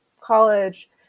college